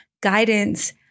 guidance